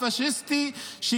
הפשיסטי שלה,